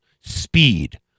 speed